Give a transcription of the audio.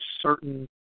certain